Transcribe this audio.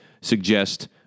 suggest